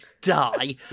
die